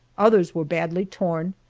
others were badly torn,